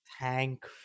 Thank